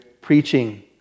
preaching